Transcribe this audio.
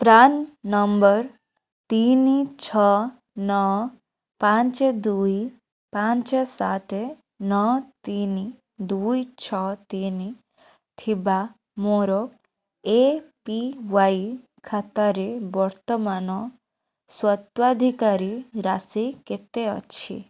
PRAN number ତିନି ଛଅ ନଅ ପାଞ୍ଚ ଦୁଇ ପାଞ୍ଚ ସାତ ନଅ ତିନି ଦୁଇ ଛଅ ତିନି ଥିବା ମୋର ଏ ପି ୱାଇ ଖାତାରେ ବର୍ତ୍ତମାନ ସ୍ୱତ୍ୱାଧିକାର ରାଶି କେତେ ଅଛି